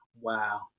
Wow